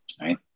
Right